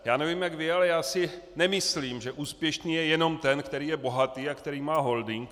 Já nevím jak vy, ale já si nemyslím, že úspěšný je jenom ten, který je bohatý a který má holding.